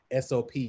SOP